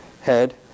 head